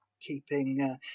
keeping